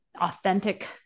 authentic